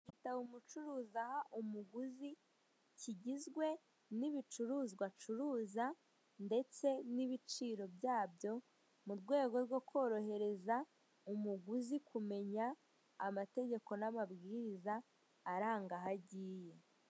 Igitabo umucuruzi aha umuguzi kigizwe n'ibicuruzwa acuruza ndetse n'ibiciro byabyo, mu rwego rwo korohereza umuguzi kumenya amategeko n'amabwiriza aranga aho agiye.